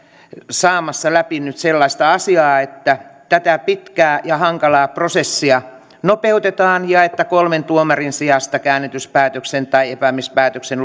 saamassa läpi nyt sellaista asiaa että tätä pitkää ja hankalaa prosessia nopeutetaan ja että kolmen tuomarin sijasta käännytyspäätöksen tai epäämispäätöksen